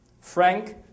Frank